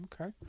Okay